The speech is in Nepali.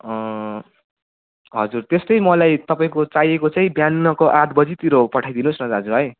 हजुर त्यस्तै मलाई तपाईँको चाहिएको चाहिँ बिहानको आठ बजेतिर हो पठाइदिनु होस् न दाजु है